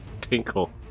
tinkle